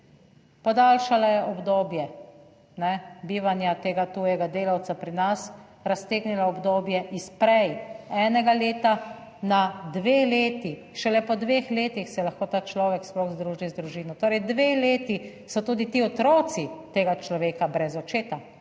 Podaljšala je obdobje bivanja tega tujega delavca pri nas, raztegnila obdobje iz prej enega leta na dve leti, šele po dveh letih se lahko ta človek sploh združi z družino, torej dve leti so tudi ti otroci tega človeka brez očeta